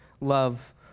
love